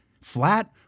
flat